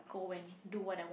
go and do what I want